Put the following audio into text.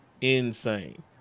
insane